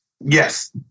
Yes